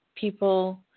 People